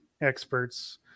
experts